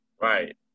Right